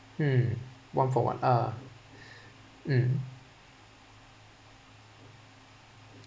mm one for one uh mm